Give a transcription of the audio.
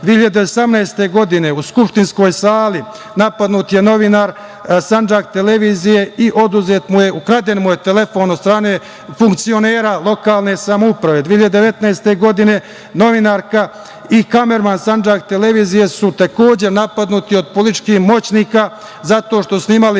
2018, u skupštinskoj sali napadnut je novinar „Sandžak televizije“ i ukraden mu je telefon od strane funkcionera lokalne samouprave. Dalje, 2019. godine, novinarka i kamerman „Sandžak televizije“ su takođe napadnuti od političkih moćnika zato što su snimali